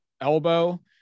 elbow